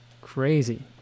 Crazy